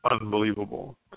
unbelievable